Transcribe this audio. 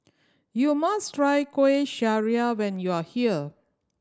you must try Kueh Syara when you are here